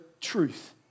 truth